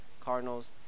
Cardinals